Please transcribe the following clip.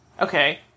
Okay